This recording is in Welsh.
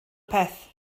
peth